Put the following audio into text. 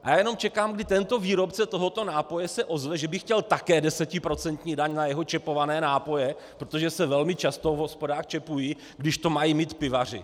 Já jenom čekám, kdy výrobce tohoto nápoje se ozve, že by chtěl také desetiprocentní daň na jeho čepované nápoje, protože se velmi často v hospodách čepují, když to mají mít pivaři.